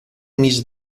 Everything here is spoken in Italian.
mise